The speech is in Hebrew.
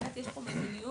באמת יש פה מדיניות